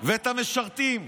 ואת המשרתים,